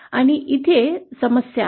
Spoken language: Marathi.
आणि इथे समस्या आहे